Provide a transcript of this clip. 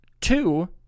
Two